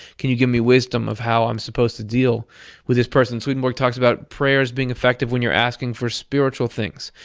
can you give me wisdom of how i'm supposed to deal with this person. swedenborg talks about prayers being effective when you're asking for spiritual things,